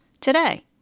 today